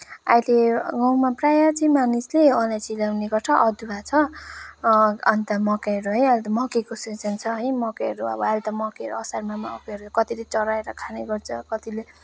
अहिले गाउँमा प्रायः चाहिँ मानिसले अलैँची लगाउने गर्छ अदुवा छ अन्त मकैहरू है अहिले त मकैको सिजन छ है मकैहरू अब अहिले त मकैहरू असारमा मकैहरू कतिले चढाएर खाने गर्छ कतिले